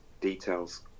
details